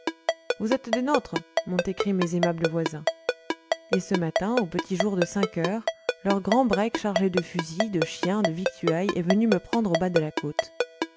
vous êtes des nôtres m'ont écrit mes aimables voisins et ce matin au petit jour de cinq heures leur grand break chargé de fusils de chiens de victuailles est venu me prendre au bas de la côte